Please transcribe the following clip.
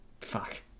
Fuck